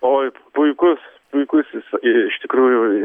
oi puikus puikusis i iš tikrųjų